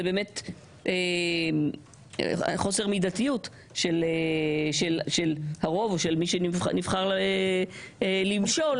זה באמת חוסר מידתיות של מי שנבחר למשול,